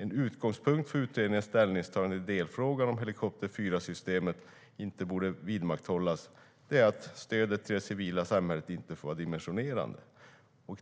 En utgångspunkt för utredningens ställningstagande i delfrågan om att helikopter 4-systemet inte borde vidmakthållas är att stödet till det civila samhället inte får vara dimensionerande.